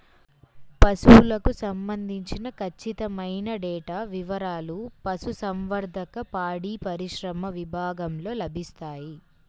పశువులకు సంబంధించిన ఖచ్చితమైన డేటా వివారాలు పశుసంవర్ధక, పాడిపరిశ్రమ విభాగంలో లభిస్తాయి